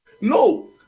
No